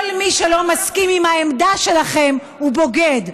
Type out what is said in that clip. כל מי שלא מסכים עם העמדה שלכם הוא בוגד,